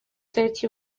itariki